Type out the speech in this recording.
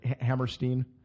Hammerstein